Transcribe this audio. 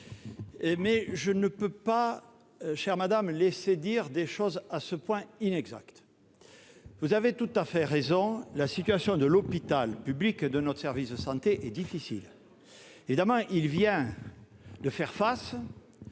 Je ne peux, chère madame, vous laisser dire des choses à ce point inexactes. Vous avez tout à fait raison : la situation de l'hôpital public et de notre service de santé est difficile. Catastrophique ! Mais il vient de faire face,